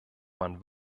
man